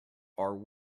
are